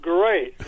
Great